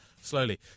slowly